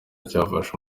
cyafashe